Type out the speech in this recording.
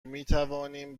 میتوانیم